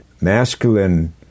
masculine